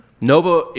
Nova